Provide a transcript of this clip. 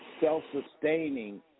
self-sustaining